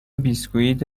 بسکویت